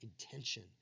intention